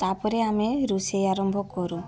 ତାପରେ ଆମେ ରୁଷେଇ ଆରମ୍ଭ କରୁ